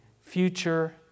future